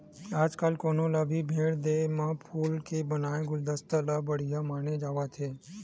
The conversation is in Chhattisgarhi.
आजकाल कोनो ल भी भेट देय म फूल के बनाए गुलदस्ता ल बड़िहा माने जावत हे